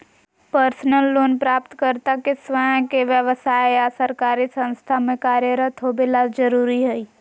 personal loan प्राप्तकर्ता के स्वयं के व्यव्साय या सरकारी संस्था में कार्यरत होबे ला जरुरी हइ